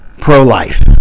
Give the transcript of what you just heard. pro-life